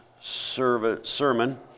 sermon